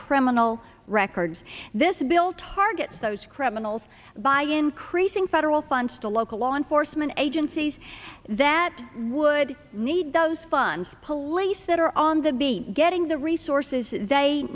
criminal records this bill targets those criminals by increasing federal funds to local law enforcement agencies that would need those funds police that are on the be getting the resources they